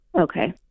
Okay